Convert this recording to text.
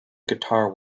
guitar